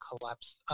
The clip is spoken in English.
collapse